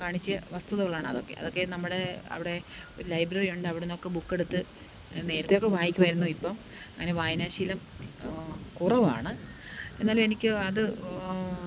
കാണിച്ച വസ്തുതകളാണ് അതൊക്കെ അതൊക്കെ നമ്മുടെ അവിടെ ഒരു ലൈബ്രറി ഉണ്ട് അവിടെ നിന്നൊക്കെ ബുക്ക് എടുത്ത് നേരെത്തെ ഒക്കെ വായിക്കുമായിരിന്നു ഇപ്പം അങ്ങനെ വായനാശീലം കുറവാണ് എന്നാലും എനിക്ക് അത്